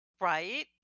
Right